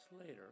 later